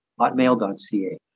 hotmail.ca